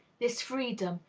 this freedom,